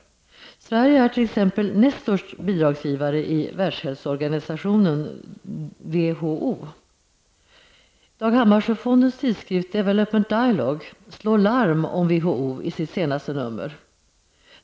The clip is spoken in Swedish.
Sverige är t.ex. näst största bidragsgivare i Dialogue slår larm om WHO i sitt senaste nummer.